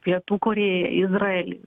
pietų korėją į izraelį